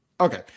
Okay